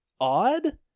odd